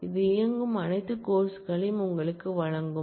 இது இயங்கும் அனைத்து கோர்ஸ் களையும் உங்களுக்கு வழங்கும்